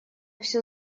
все